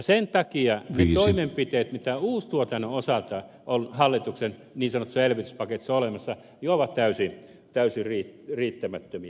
sen takia ne toimenpiteet mitä uustuotannon osalta on hallituksen niin sanotussa elvytyspaketissa olemassa ovat täysin riittämättömiä